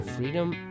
Freedom